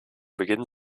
beginn